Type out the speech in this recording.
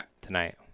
Tonight